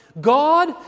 God